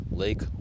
lake